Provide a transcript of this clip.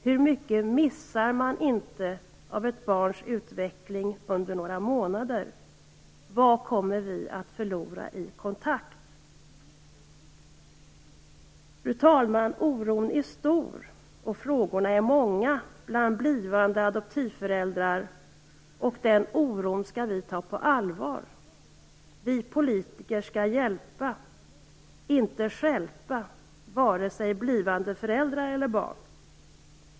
Hur mycket missar man inte av ett barns utveckling under några månader? Vad kommer vi att förlora i kontakt? Fru talman! Oron är stor och frågorna är många bland blivande adoptivföräldrar. Den oron skall vi ta på allvar. Vi politiker skall hjälpa och inte stjälpa både blivande föräldrar och barn.